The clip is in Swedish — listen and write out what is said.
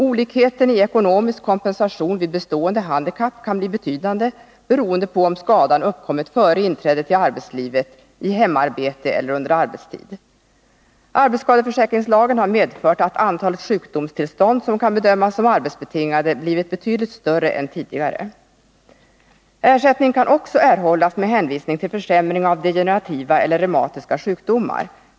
Olikheten i ekonomisk kompensation vid bestående handikapp kan bli betydande, beroende på om skadan uppkommit före inträdet i arbetslivet, i hemarbete eller under arbetstid. Arbetsskadeförsäkringslagen har medfört att antalet sjukdomstillstånd som kan bedömas som arbetsbetingade blivit betydligt större än tidigare. Ersättning kan också erhållas med hänvisning till försämring av degenerativa eller reumatiska sjukdomar.